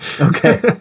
Okay